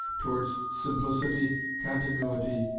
towards simplicity, continuity,